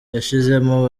yashizemo